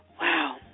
Wow